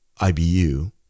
IBU